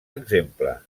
exemple